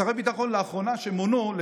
שרי הביטחון שמונו לאחרונה,